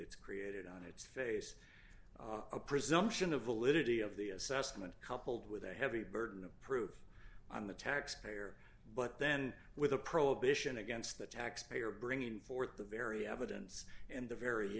that's created on its face a presumption of validity of the assessment coupled with a heavy burden of proof on the taxpayer but then with a prohibition against the taxpayer bringing forth the very evidence and the very